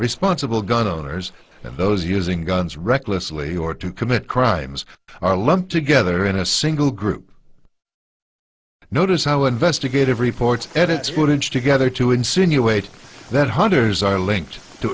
responsible gun owners and those using guns recklessly or to commit crimes are lumped together in a single group notice how investigative reports edits would inch to gether to insinuate that hunters are linked to